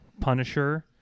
Punisher